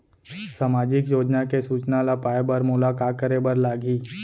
सामाजिक योजना के सूचना ल पाए बर मोला का करे बर लागही?